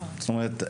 זאת אומרת,